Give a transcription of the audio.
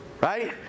Right